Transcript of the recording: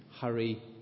hurry